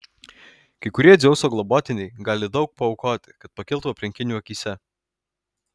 kai kurie dzeuso globotiniai gali daug paaukoti kad pakiltų aplinkinių akyse